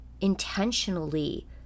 intentionally